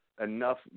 enough